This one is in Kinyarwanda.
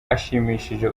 ashimishije